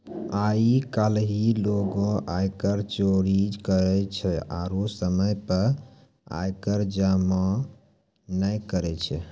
आइ काल्हि लोगें आयकर चोरी करै छै आरु समय पे आय कर जमो नै करै छै